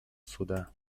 суда